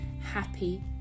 happy